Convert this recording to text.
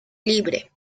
libre